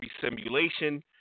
simulation